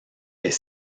est